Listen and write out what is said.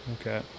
Okay